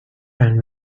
brand